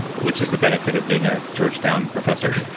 which is the benefit of being a georgetown professor